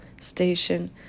station